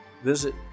Visit